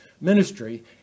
ministry